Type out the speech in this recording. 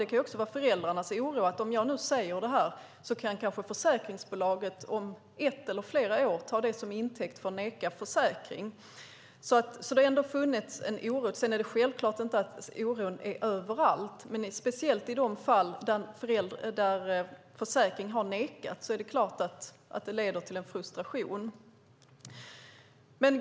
Det kan också vara en oro hos föräldrarna över att det som de säger kan tas till intäkt av försäkringsbolaget om ett eller flera år för att neka försäkring. Sedan är det självklart så att oron inte finns överallt, men speciellt i de fall där försäkring har nekats är det klart att det leder till frustration.